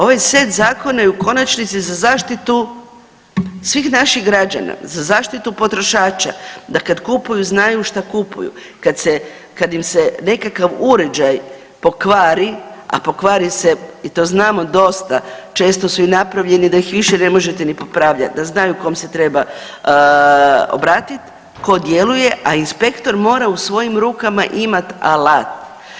Ovaj set zakona je u konačnici za zaštitu svih naših građana, za zaštitu potrošača da kada kupuju znaju što kupuju, kada im se nekakav uređaj pokvari, a pokvari se i to znamo dosta često su i napravljeni da ih više ne možete ni popravljati da znaju kom se treba obratiti, tko djeluje a inspektor mora u svojim rukama imati alat.